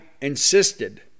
insisted